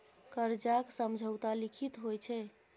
करजाक समझौता लिखित होइ छै